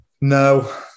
No